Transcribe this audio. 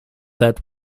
that